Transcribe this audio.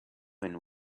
and